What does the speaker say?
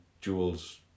Jewel's